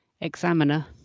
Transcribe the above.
examiner